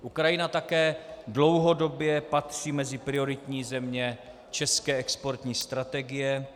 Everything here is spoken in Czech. Ukrajina také dlouhodobě patří mezi prioritní země české exportní strategie.